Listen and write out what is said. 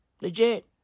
Legit